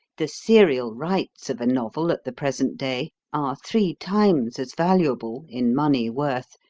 the serial rights of a novel at the present day are three times as valuable, in money worth,